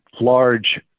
large